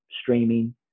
streaming